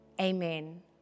amen